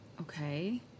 Okay